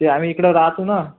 ते आम्ही इकडे राहतो ना